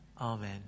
Amen